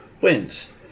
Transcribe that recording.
Wins